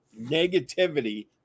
negativity